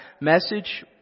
message